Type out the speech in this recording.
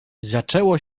zaczęło